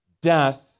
death